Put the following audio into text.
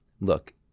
look